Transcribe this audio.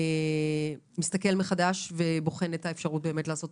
מסתכל מחדש ובוחן את האפשרות לעשות